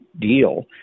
deal